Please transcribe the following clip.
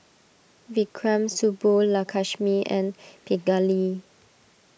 Vikram Subbulakshmi and Pingali